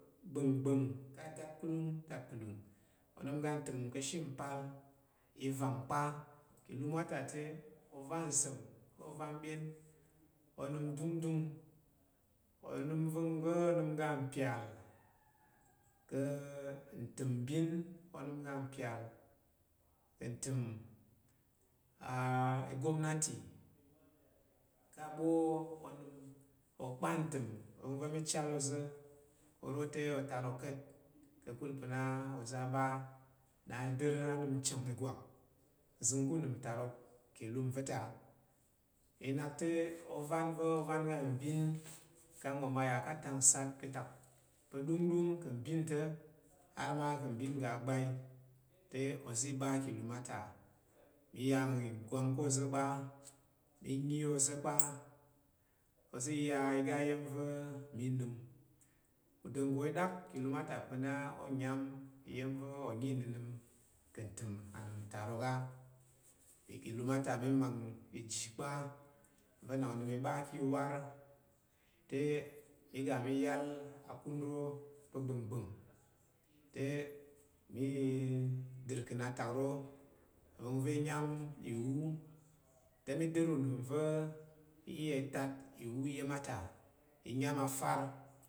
Gbangbang ka datkulung datkulung onəm ga ntəmm ka̱she mpal i vang kpa ki i ilum a ta te ovanzəm ko ovanbyen onəm dungdung onəm ovəng va̱ onəm oga mpyal ka̱ ntəm mbin ozi iga mpyal ka̱ təm gomnati ka ɓo onəm okpa ntəm vəng va̱ mí chal oze oro ta otarok ka̱t kakul pa̱ na ozo a ɓa dər nchang igwak nzəng ku unəm tarok ki ilum va̱ ta. Inak te ovan va̱ ovan ga mbin kang oma ya ka tak nsat katak pa̱ ɗongɗong ka̱ mbin ta̱ har ma ka̱ mbin ngga gbai te ozi ɓa ki ilum ata iyam ngwang ko oza̱ kpa i nyi ozo kpa ozi ya iga iya̱m va̱ mi nəm udanggo i ɗak ki ilum ata pa̱ na onyam iya̱m va̱ o nyi nnənəm ka̱ ntəm anəm tarok á ki ilum ata mi mang iji kpa va na onəm i ɓa ki war te mi ga mi yal a kun ro pa gbangbang te mi dərken a tak ro vəng va̱ i nyam iwu te mi dər unəm va̱ i iya i tat iwu iya̱m ata i nyam a far